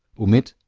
omit,